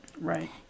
Right